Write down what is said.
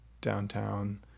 downtown